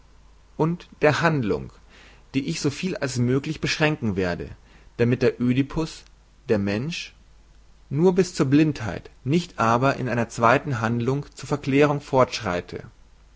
und der handlung die ich so viel als möglich beschränken werde damit der oedipus der mensch nur bis zur blindheit nicht aber in einer zweiten handlung zur verklärung fortschreite